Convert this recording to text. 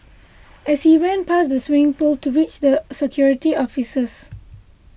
as she ran past the swimming pool to reach their security officers